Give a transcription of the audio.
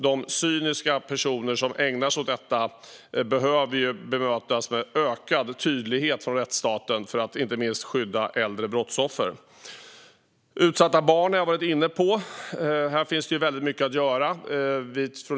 De cyniska personer som ägnar sig åt detta behöver bemötas med ökad tydlighet från rättsstaten för att vi ska skydda inte minst äldre brottsoffer. När det gäller utsatta barn, som jag har varit inne på, finns det väldigt mycket att göra.